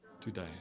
today